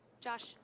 Josh